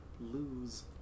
lose